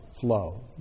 flow